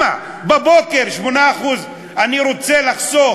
האחרונה אני שומע שכבר אפשר